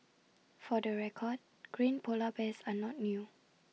for the record green Polar Bears are not new